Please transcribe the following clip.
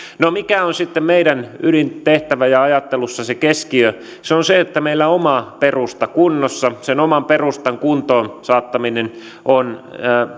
no mikä on sitten meidän ydintehtävämme ja ajattelussa se keskiö se on se että meillä on oma perusta kunnossa sen oman perustan kuntoon saattaminen on